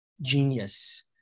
genius